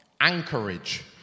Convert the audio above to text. anchorage